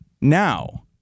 now